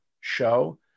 show